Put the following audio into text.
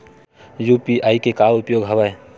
UPI के का उपयोग हवय?